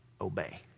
obey